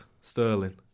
Sterling